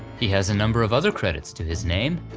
he has a number of other credits to his name,